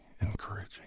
encouraging